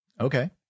Okay